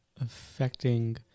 affecting